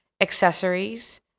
accessories